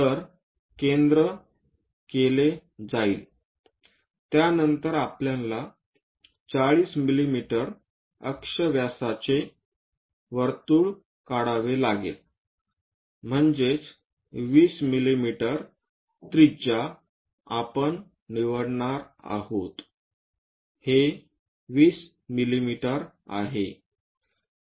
तर केंद्र केले जाईल त्यानंतर आपल्याला 40 मिमी अक्ष व्यासाचे वर्तुळ काढावे लागेल म्हणजे 20 मिलीमीटर त्रिज्या आपण निवडणार आहोत हे 20 मिमी आहे